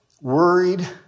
worried